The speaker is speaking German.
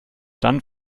dann